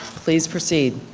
please proceed.